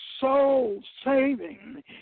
soul-saving